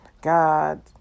God